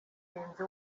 mugenzi